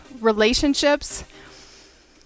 relationships